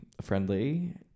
friendly